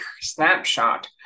snapshot